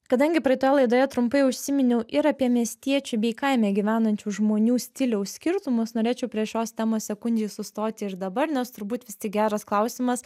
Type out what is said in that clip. kadangi praeitoje laidoje trumpai užsiminiau ir apie miestiečių bei kaime gyvenančių žmonių stiliaus skirtumus norėčiau prie šios temos sekundei sustoti ir dabar nes turbūt vis tik geras klausimas